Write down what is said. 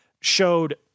showed